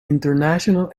international